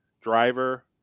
driver